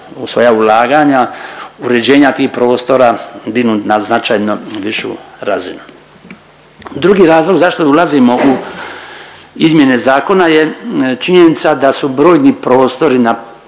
svoja ulaganja, uređenja tih prostora dignu na značajno višu razinu. Drugi razlog zašto ulazimo u izmjene zakona je činjenica da su brojni prostori